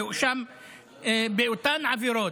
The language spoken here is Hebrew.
שהואשם באותן עבירות,